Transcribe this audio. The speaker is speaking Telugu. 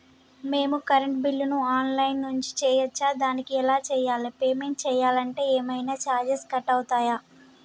మేము కరెంటు బిల్లును ఆన్ లైన్ నుంచి చేయచ్చా? దానికి ఎలా చేయాలి? పేమెంట్ చేయాలంటే ఏమైనా చార్జెస్ కట్ అయితయా?